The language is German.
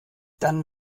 dann